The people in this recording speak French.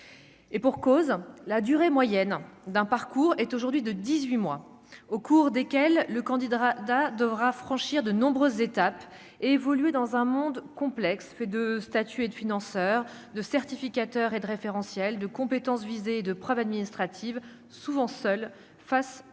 et pour cause, la durée moyenne d'un parcours est aujourd'hui de 18 mois au cours desquels le candidat d'A. devra franchir de nombreuses étapes évoluer dans un monde complexe fait de statuer et de financeurs de certificateurs et de référentiels de compétences visées de preuves administratives souvent seuls face à son